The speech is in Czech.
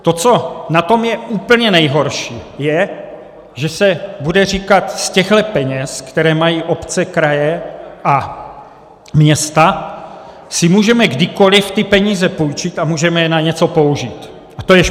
To, co na tom je úplně nejhorší, je, že se bude říkat: z těchhle peněz, které mají obce, kraje a města, si můžeme kdykoliv peníze půjčit a můžeme je na něco použít, a to je špatně.